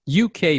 UK